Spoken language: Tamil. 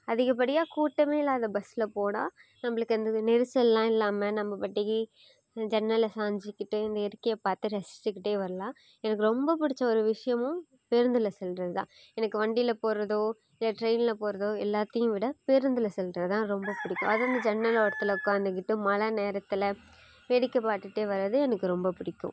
அதிகப்படியாக கூட்டமே இல்லாத பஸ்ஸில் போனால் நம்மளுக்கு அந்த நெரிசல்லாம் இல்லாமல் நம்ம பாட்டுக்கு ஜன்னலில் சாஞ்சுக்கிட்டு இயற்கையை பார்த்து ரசித்துக்கிட்டே வரலாம் எனக்கு ரொம்ப பிடிச்ச ஒரு விஷயமும் பேருந்தில் செல்கிறதுதான் எனக்கு வண்டியில் போகிறதோ இல்லை ட்ரெயினில் போகிறதோ எல்லாத்தையும் விட பேருந்தில் செல்கிறதுதான் ரொம்ப பிடிக்கும் அதுவும் ஜன்னல் ஓரத்தில் உட்காந்துக்கிட்டு மழை நேரத்தில் வேடிக்கை பார்த்துட்டே வரது எனக்கு ரொம்ப பிடிக்கும்